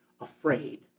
afraid